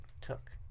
took